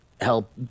help